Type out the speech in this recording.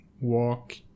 walk